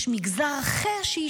יש מגזר אחר שהיא